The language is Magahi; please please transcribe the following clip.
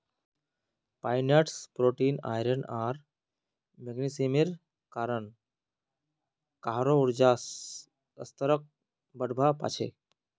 पाइन नट्स प्रोटीन, आयरन आर मैग्नीशियमेर कारण काहरो ऊर्जा स्तरक बढ़वा पा छे